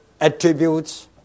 attributes